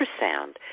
ultrasound